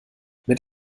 mit